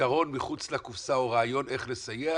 פתרון מחוץ לקופסה או רעיון איך לסייע?